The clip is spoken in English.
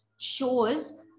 shows